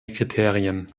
kriterien